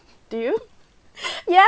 do you ya